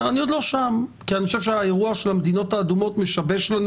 אני חושב שהאירוע של המדינות האדומות משבש לנו